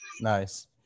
Nice